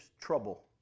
trouble